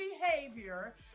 behavior